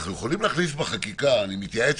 אנחנו יכולים להכניס בחקיקה אני מתייעץ